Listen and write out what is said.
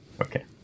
Okay